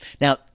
Now